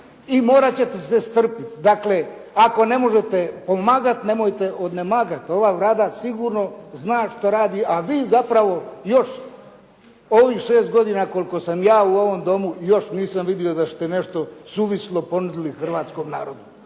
i morat ćete se strpjet. Dakle, ako ne možete pomagati, nemojte odmagat. Ova Vlada sigurno zna što radi, a vi zapravo još u ovih 6 godina koliko sam ja u ovom Domu još nisam vidio da ste nešto suvislo ponudili hrvatskom narodu.